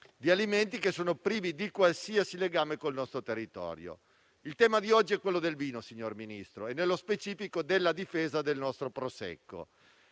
di alimenti che sono privi di qualsiasi legame col nostro territorio. Il tema di oggi è quello del vino, signor Ministro, e nello specifico della difesa del nostro Prosecco.